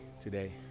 today